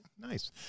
nice